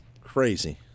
crazy